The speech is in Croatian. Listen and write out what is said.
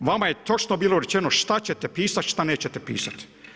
Vama je točno bilo rečeno što ćete pisati, šta nećete pisat.